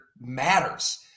matters